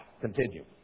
continue